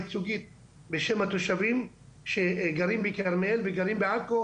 ייצוגית בשם התושבים שגרים בכרמל ובעכו,